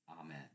Amen